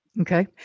Okay